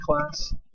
class